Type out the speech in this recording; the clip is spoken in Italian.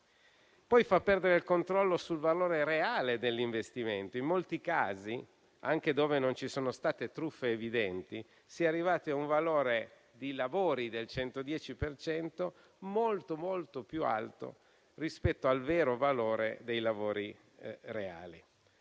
Poi fa perdere il controllo sul valore reale dell'investimento: in molti casi, anche dove non ci sono state truffe evidenti, si è arrivati a un valore di lavori del 110 per cento molto più alto rispetto al vero valore dei lavori reali.